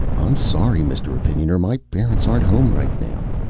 i'm sorry, mr. opinioner, my parents aren't home right now.